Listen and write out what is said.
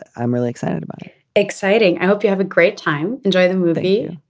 i'm really excited about it exciting. i hope you have a great time. enjoy the movie.